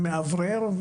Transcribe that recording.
זה מאוורר.